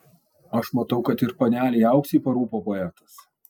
aš matau kad ir panelei auksei parūpo poetas